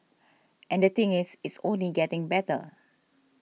and the thing is it's only getting better